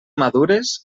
madures